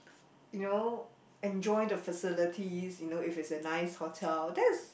you know enjoy the facilities you know if it's a nice hotel that's